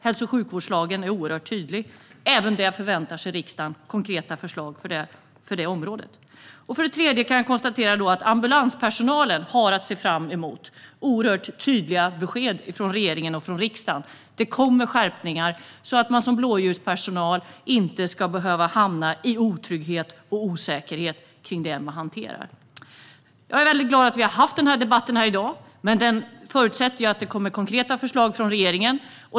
Hälso och sjukvårdslagen är oerhört tydlig. Även på det här området förväntar sig riksdagen konkreta förslag. Jag kan konstatera att ambulanspersonalen har att se fram emot oerhört tydliga besked från regeringen och riksdagen. Det kommer skärpningar så att man som blåljuspersonal inte ska behöva hamna i otrygghet och osäkerhet om det man hanterar. Jag är väldigt glad att vi har haft den här debatten här i dag, men den förutsätter att det kommer konkreta förslag från regeringen.